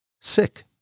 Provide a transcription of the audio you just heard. sick